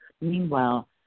meanwhile